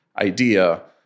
idea